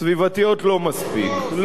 סביבתיות לא מספיק.